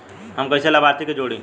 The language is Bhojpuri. हम कइसे लाभार्थी के जोड़ी?